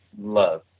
love